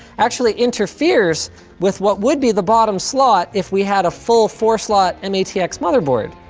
actually interferes with what would be the bottom slot if we had a full four-slot and matx motherboard.